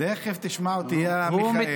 תכף תשמע אותי, מיכאל.